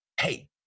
hey